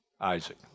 Isaac